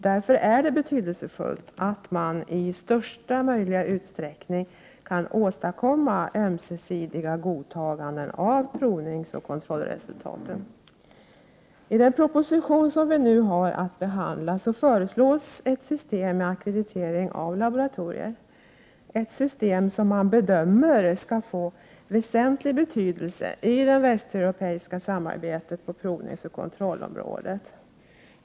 Därför är det betydelsefullt att man i största möjliga utsträckning kan åstadkomma ömsesidiga godtaganden av provningsoch kontrollresultat. I den proposition som vi nu behandlar föreslås ett system med ackreditering av laboratorier, ett system som man bedömer skall få väsentlig betydelse i det västeuropeiska samarbetet på provningsoch kontrollområdet.